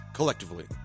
collectively